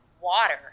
water